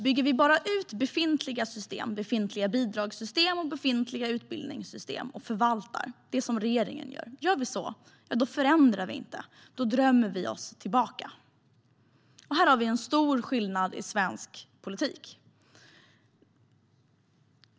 Bygger vi bara ut befintliga system, befintliga bidragssystem och befintliga utbildningssystem, och förvaltar dem - som regeringen gör - då förändrar vi inte utan drömmer oss tillbaka. Här har vi en stor skillnad i svensk politik.